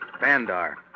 Bandar